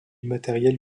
matériel